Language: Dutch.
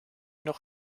nog